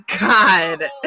god